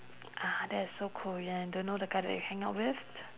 ah that's so cool and you don't know the guy that you hang out with